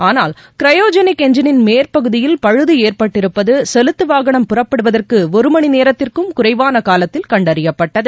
ஆனால் கிரயோஜினிக் எஞ்சினின் மேற்பகுதியில் பழுது ஏற்பட்டிருப்பது செலுத்து வாகனம் புறப்படுவதற்கு ஒரு மணி நேரத்திற்கும் குறைவான காலத்தில் கண்டறியப்பட்டது